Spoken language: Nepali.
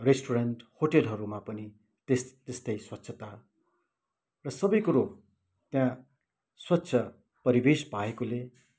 रेस्टोरेन्ट होटेलहरूमा पनि त्यस्तै त्यस्तै स्वच्छता र सबै कुरो त्यहाँ स्वच्छ परिवेश पाएकोले